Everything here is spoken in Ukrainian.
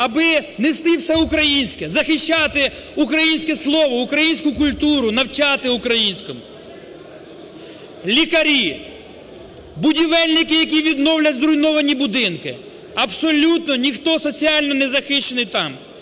аби нести все українське, захищати українське слово, українську культуру, навчати українському. Лікарі, будівельники, які відновлять зруйновані будинки – абсолютно ніхто соціально не захищений там.